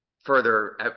further